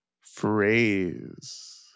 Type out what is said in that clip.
phrase